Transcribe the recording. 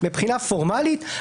מבחינה פורמלית,